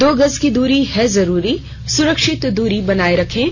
दो गज की दूरी है जरूरी सुरक्षित दूरी बनाए रखें